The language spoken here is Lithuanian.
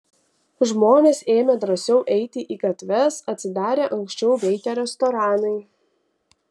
žmonės ėmė drąsiau eiti į gatves atsidarė anksčiau veikę restoranai